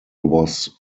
was